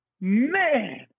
Man